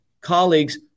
colleagues